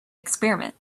experiment